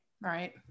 right